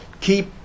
keep